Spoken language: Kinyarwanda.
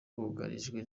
bugarijwe